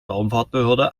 raumfahrtbehörde